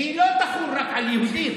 והיא לא תחול רק על יהודים.